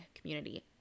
community